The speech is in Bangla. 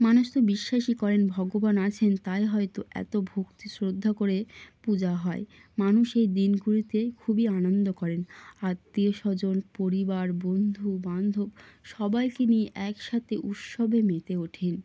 মানুষ তো বিশ্বাসই করেন ভগবান আছেন তাই হয়তো এত ভক্তি শ্রদ্ধা করে পূজা হয় মানুষ এই দিনগুলিতে খুবই আনন্দ করেন আত্মীয়স্বজন পরিবার বন্ধুবান্ধব সবাইকে নিয়ে একসাথে উৎসবে মেতে ওঠেন